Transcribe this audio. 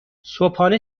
صبحانه